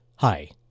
Hi